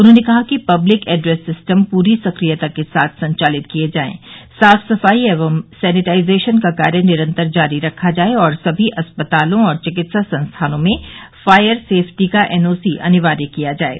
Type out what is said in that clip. उन्होंने कहा कि पब्लिक एड्रेस सिस्टम पूरी सक्रियता के साथ संचालित किये जायें साफ सफाई एवं सैनिटइजेशन का कार्य निरंतर जारी रखा जाये और सभी अस्पतालों एवं चिकित्सा संस्थानों में फायर सेफ्टी का एनओसी अनिवार्य किया जाये